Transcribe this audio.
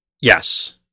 Yes